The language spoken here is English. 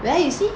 where you see